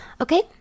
Okay